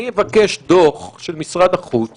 אבקש דוח של משרד החוץ